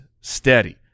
steady